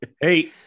Hey